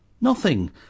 Nothing